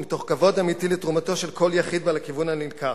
ומתוך כבוד אמיתי לתרומתו של כל יחיד בה לכיוון הכולל הנלקח.